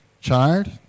child